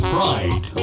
Pride